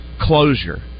closure